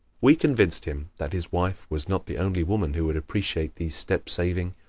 we convinced him that his wife was not the only woman who would appreciate these step-saving,